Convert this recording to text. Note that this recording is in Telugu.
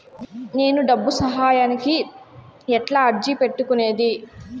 నేను డబ్బు సహాయానికి ఎట్లా అర్జీ పెట్టుకునేది?